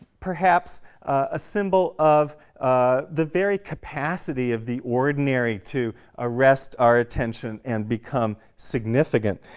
perhaps a symbol of ah the very capacity of the ordinary to arrest our attention and become significant,